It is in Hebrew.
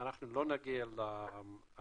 אנחנו לא נגיע ל-10